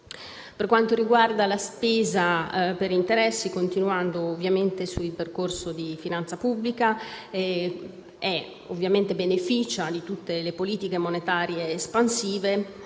Per quanto riguarda la spesa per interessi, continuando a parlare del percorso di finanza pubblica, beneficia di tutte le politiche monetarie espansive.